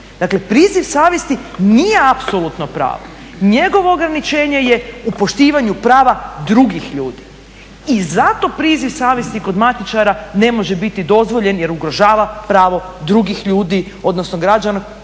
Dakle priziv savjesti nije apsolutno pravo. Njegovo ograničenje je u poštivanju prava drugih ljudi. I zato priziv savjesti kod matičara ne može biti dozvoljen jer ugrožava pravo drugih ljudi odnosno građana